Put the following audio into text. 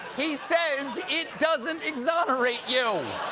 he said it doesn't exonerate you!